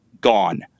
gone